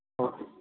okay